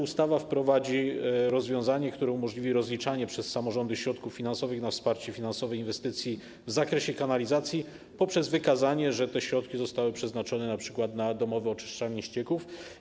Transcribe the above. Ustawa wprowadzi także rozwiązanie, które umożliwi rozliczanie przez samorządy środków finansowych na wsparcie finansowe inwestycji w zakresie kanalizacji poprzez wykazanie, że zostały one przeznaczone np. na przydomowe oczyszczalnie ścieków.